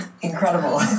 incredible